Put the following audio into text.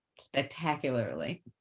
spectacularly